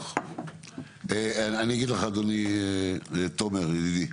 אני אגיד לך אדוני תומר ידידי,